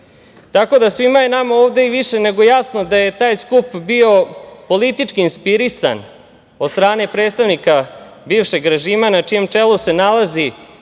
da, svima je nama ovde i više nego jasno da je taj skup bio politički inspirisan od strane predstavnika bivšeg režima, na čijem čeku se nalazi